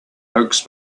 oaks